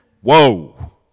Whoa